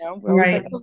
Right